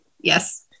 yes